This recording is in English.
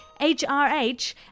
HRH